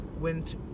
went